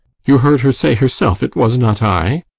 you heard her say herself it was not i.